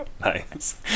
Nice